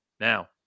Now